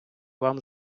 вам